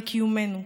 לקיומנו.